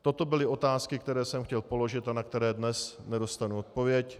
Toto byly otázky, které jsem chtěl položit a na které dnes nedostanu odpověď.